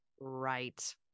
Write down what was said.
Right